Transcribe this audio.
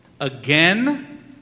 again